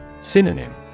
Synonym